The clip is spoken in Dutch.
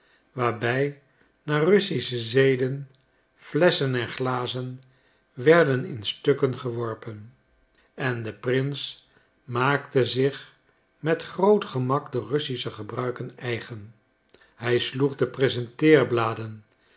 waarbij naar russische zeden flesschen en glazen werden in stukken geworpen en de prins maakte zich met groot gemak de russische gebruiken eigen hij sloeg